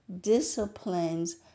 disciplines